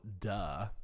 Duh